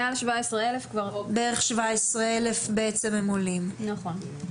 מעל 17,000. נכון.